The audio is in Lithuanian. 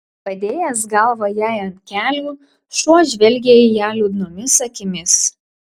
padėjęs galvą jai ant kelių šuo žvelgė į ją liūdnomis akimis